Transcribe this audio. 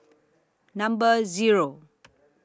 Number Zero